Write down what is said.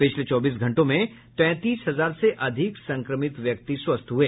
पिछले चौबीस घंटों में तैंतीस हजार से अधिक संक्रमित व्यक्ति स्वस्थ हुए